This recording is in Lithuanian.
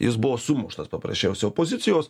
jis buvo sumuštas paprasčiausiai opozicijos